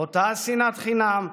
אותה שנאת חינם,